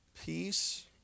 peace